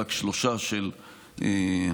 ורק שלושה של הקואליציה,